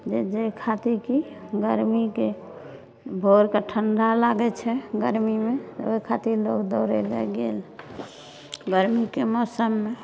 जे खातिर की गरमीके भोरके ठंडा लागै छै गरमीमे ओहि खातिर लोग दौड़ए लऽ गेल गरमीके मौसममे